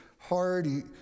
hard